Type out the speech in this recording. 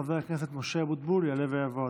חבר הכנסת משה אבוטבול, יעלה ויבוא,